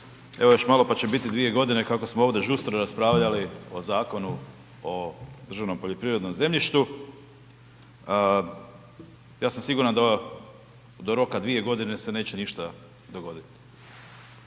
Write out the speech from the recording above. Evo još malo pa će bit 2 godine kako smo ovdje žustro raspravljali o Zakonu o državnom poljoprivrednom zemljištu. Ja sam siguran da do roka 2 godine se neće ništa dogoditi.